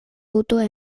botoa